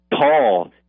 Paul